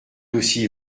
aussi